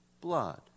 blood